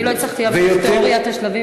אני לא הצלחתי להבין איך תיאוריית השלבים